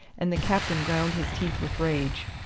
and the captain ground his teeth with rage.